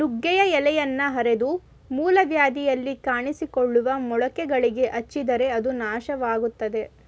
ನುಗ್ಗೆಯ ಎಲೆಯನ್ನ ಅರೆದು ಮೂಲವ್ಯಾಧಿಯಲ್ಲಿ ಕಾಣಿಸಿಕೊಳ್ಳುವ ಮೊಳಕೆಗಳಿಗೆ ಹಚ್ಚಿದರೆ ಅದು ನಾಶವಾಗ್ತದೆ